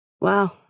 Wow